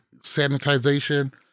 sanitization